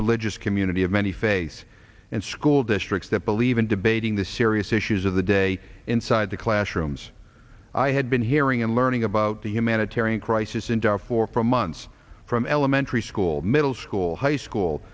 religious community of many face and school districts that believe in debating the serious issues of the day inside the classrooms i had been hearing and learning about the humanitarian crisis in darfur for months from elementary school middle school high school